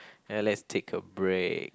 ya let's take a break